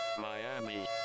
Miami